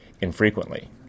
infrequently